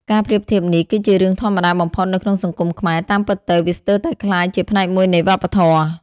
ការប្រៀបធៀបនេះគឺជារឿងធម្មតាបំផុតនៅក្នុងសង្គមខ្មែរ តាមពិតទៅ វាស្ទើរតែក្លាយជាផ្នែកមួយនៃវប្បធម៌។